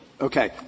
Okay